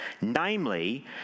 namely